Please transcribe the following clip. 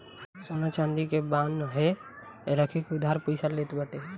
सोना चांदी के बान्हे रख के उधार पईसा लेत बाटे